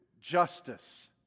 justice